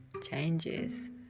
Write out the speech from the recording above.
changes